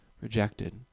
rejected